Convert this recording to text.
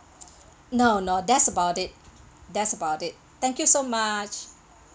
no no that's about it that's about it thank you so much